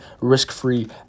risk-free